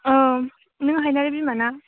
औ नों हाइनारि बिमा ना